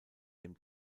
dem